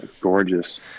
Gorgeous